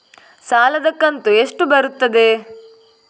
ಸಾಲದ ಕಂತು ಎಷ್ಟು ಬರುತ್ತದೆ?